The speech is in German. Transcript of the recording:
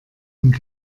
und